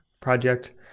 project